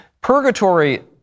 purgatory